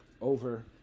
over